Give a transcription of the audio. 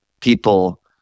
people